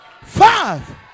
five